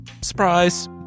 surprise